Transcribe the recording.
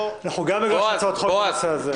אנחנו גם הגשנו הצעת חוק בנושא הזה.